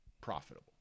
profitable